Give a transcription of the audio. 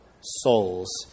souls